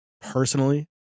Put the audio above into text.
personally